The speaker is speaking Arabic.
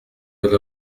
إلى